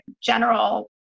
general